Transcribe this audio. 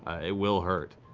it will hurt.